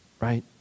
right